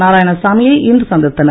நாராயணசாமியை இன்று சந்தித்தனர்